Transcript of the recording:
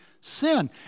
sin